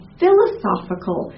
philosophical